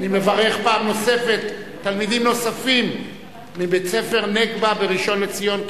אני מברך פעם נוספת תלמידים נוספים מבית-ספר "נגבה" בראשון-לציון,